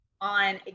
on